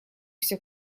все